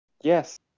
Yes